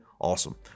Awesome